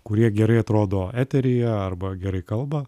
kurie gerai atrodo eteryje arba gerai kalba